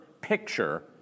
picture